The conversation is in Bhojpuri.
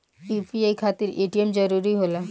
यू.पी.आई खातिर ए.टी.एम जरूरी होला?